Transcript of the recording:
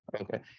Okay